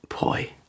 boy